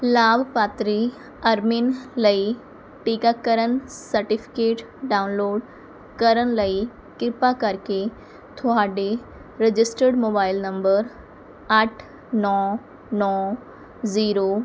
ਲਾਭਪਾਤਰੀ ਅਰਮਿਨ ਲਈ ਟੀਕਾਕਰਨ ਸਰਟੀਫਿਕੇਟ ਡਾਊਨਲੋਡ ਕਰਨ ਲਈ ਕਿਰਪਾ ਕਰਕੇ ਤੁਹਾਡੇ ਰਜਿਸਟਰਡ ਮੋਬਾਇਲ ਨੰਬਰ ਅੱਠ ਨੌ ਨੌ ਜ਼ੀਰੋ